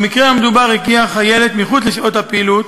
במקרה המדובר, הגיעה חיילת מחוץ לשעות הפעילות